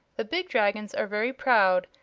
the big dragons are very proud,